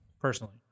personally